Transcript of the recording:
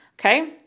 Okay